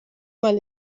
mal